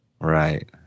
Right